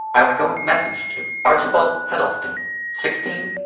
outgoing message to archibald hedleston sixteen.